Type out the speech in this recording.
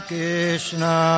Krishna